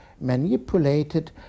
manipulated